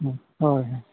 ᱦᱳᱭ ᱦᱳᱭ ᱦᱮᱸ